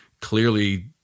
clearly